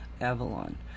Avalon